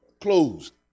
closed